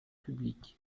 publics